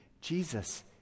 Jesus